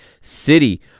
City